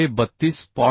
तर हे 32